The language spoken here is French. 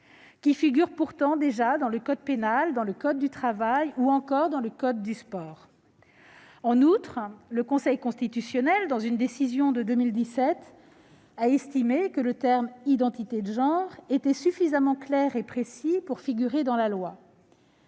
qui figure pourtant déjà dans le code pénal, dans le code du travail ou encore dans le code du sport. En outre, le Conseil constitutionnel, dans une décision de 2017, a estimé que l'expression « identité de genre » était suffisamment claire et précise pour figurer dans la loi.